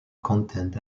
content